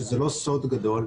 שזה לא סוד גדול,